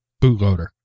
bootloader